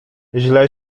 źle